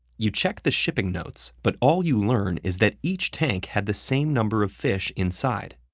you check the shipping notes, but all you learn is that each tank had the same number of fish inside.